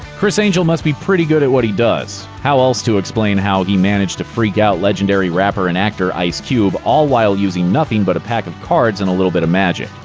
criss angel must be pretty good at what he does. how else to explain how he managed to freak out legendary rapper and actor ice cube, all while using nothing but a pack of cards and a little bit of magic?